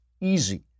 easy